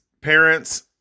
parents